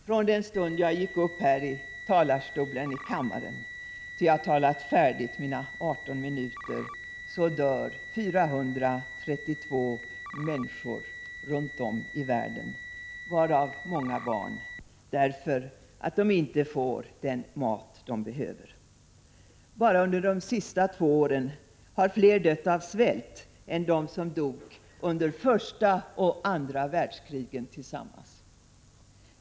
Från den stund då jag gick upp i talarstolen här i kammaren tills jag talat färdigt mina 18 minuter dör 432 människor runt om i världen, varav många barn, därför att de inte får den mat de behöver. Bara under de senaste två åren har fler dött av svält än de som dog under första och andra världskrigen tillsammans.